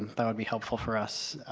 that would be helpful for us.